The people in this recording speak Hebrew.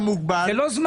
מוגבל.